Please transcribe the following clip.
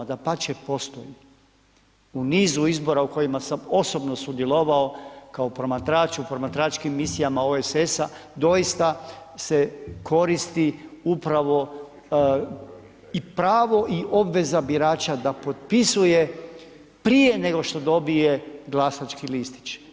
Dapače, postoji u nizu izbora u kojima sam osobno sudjelovao kao promatrač u promatračkim misijama OSS-a doista se koristi upravo i pravo i obveza birača da potpisuje prije nego što dobije glasački listić.